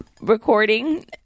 recording